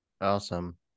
Awesome